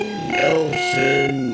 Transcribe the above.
Nelson